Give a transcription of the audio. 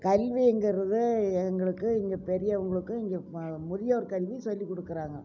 கல்விங்கிறது எங்களுக்கு இங்கே பெரியவங்களுக்கும் இங்கே முதியோர் கல்வி சொல்லிக் கொடுக்குறாங்க